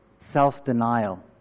self-denial